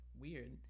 weird